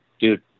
dude